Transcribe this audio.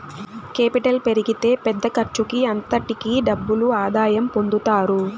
capital పెరిగితే పెద్ద ఖర్చుకి అంతటికీ డబుల్ ఆదాయం పొందుతారు